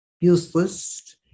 useless